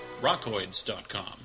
Rockoids.com